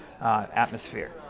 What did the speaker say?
atmosphere